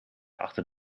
achter